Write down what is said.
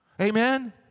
Amen